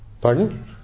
Pardon